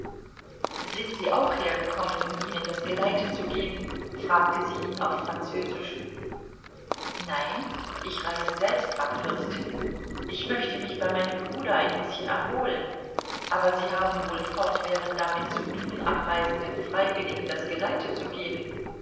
sind sie auch hergekommen um ihnen das geleite zu geben fragte sie ihn auf französisch nein ich reise selbst ab fürstin ich möchte mich bei meinem bruder ein bißchen erholen aber sie haben wohl fortwährend damit zu tun abreisenden freiwilligen das geleite zu geben